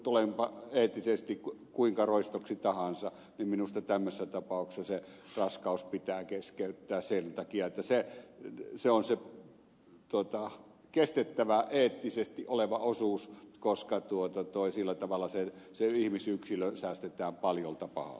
tulenpa eettisesti kuinka roistoksi tahansa niin minusta tämmöisessä tapauksessa se raskaus pitää keskeyttää sen takia että se on se kestettävä eettinen osuus koska sillä tavalla se ihmisyksilö säästetään paljolta pahalta